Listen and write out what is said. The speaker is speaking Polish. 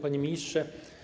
Panie Ministrze!